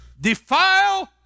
defile